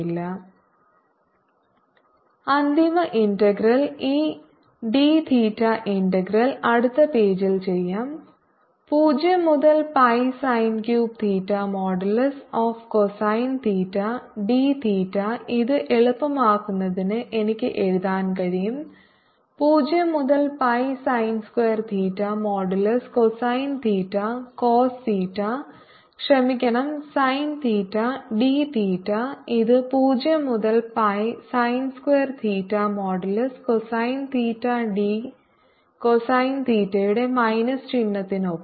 0Rdr r5R66 02πϕdϕ1202π1 cos2ϕdϕπ അന്തിമ integral ഈ d theta integral അടുത്ത പേജിൽ ചെയ്യാം 0 മുതൽ pi sine cube theta modulus of cosine theta d theta ഇത് എളുപ്പമാക്കുന്നതിന് എനിക്ക് എഴുതാൻ കഴിയും 0 മുതൽ pi sine square theta modulus cosine theta cos theta ക്ഷമിക്കണം സൈൻ തീറ്റ ഡി തീറ്റ ഇത് 0 മുതൽ pi sine square theta modulus cosine theta d cosine തീറ്റയുടെ മൈനസ് ചിഹ്നത്തിനൊപ്പം